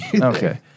Okay